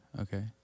Okay